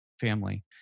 family